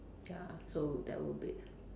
ya so that would be